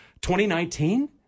2019